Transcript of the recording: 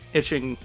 itching